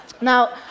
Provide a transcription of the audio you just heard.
Now